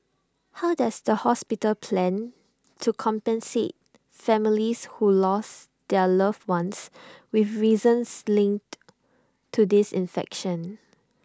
how does the hospital plan to compensate families who lost their loved ones with reasons linked to this infection